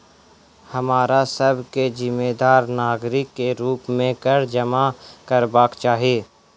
हमरा सभ के जिम्मेदार नागरिक के रूप में कर जमा करबाक चाही